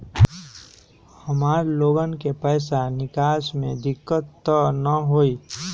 हमार लोगन के पैसा निकास में दिक्कत त न होई?